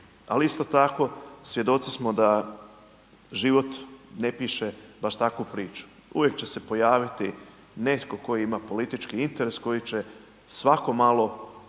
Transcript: ali isto tako svjedoci smo da život ne piše baš takvu priču, uvijek će se pojaviti netko tko ima politički interes, koji će svako malo